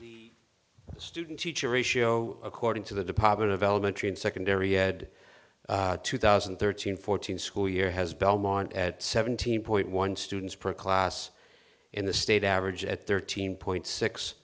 the student teacher ratio according to the department of elementary and secondary ed two thousand and thirteen fourteen school year has belmont at seventeen point one students per class in the state average at thirteen point six